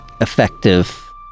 effective